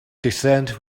descent